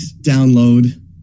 download